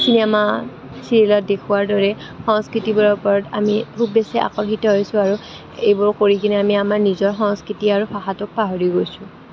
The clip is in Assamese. চিনেমা চিৰিয়েলত দেখুওৱাৰ দৰে সংস্কৃতিবোৰৰ ওপৰত আমি খুব বেছি আকৰ্ষিত হৈছোঁ আৰু এইবোৰ কৰি কিনে আমি আমাৰ নিজৰ সংস্কৃতি আৰু ভাষাটোক পাহৰি গৈছোঁ